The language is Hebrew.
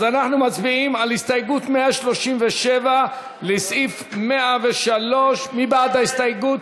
אז אנחנו מצביעים על הסתייגות 137 לסעיף 103. מי בעד ההסתייגות?